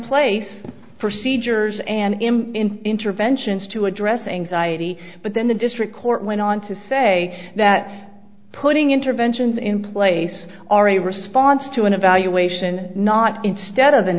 place procedures and him in interventions to address anxiety but then the district court went on to say that putting interventions in place are a response to an evaluation not instead of an